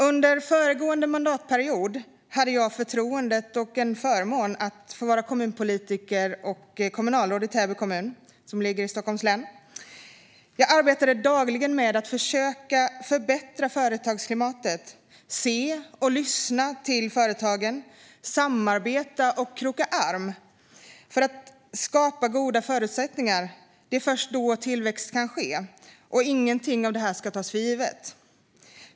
Under föregående mandatperiod hade jag förtroendet och förmånen att vara kommunpolitiker och kommunalråd i Täby kommun i Stockholms län. Jag arbetade dagligen med att försöka förbättra företagsklimatet, se på och lyssna till företagen, samarbeta och kroka arm för att skapa goda förutsättningar. Det är först då som tillväxt kan ske. Ingenting av detta kan tas för givet.